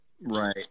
right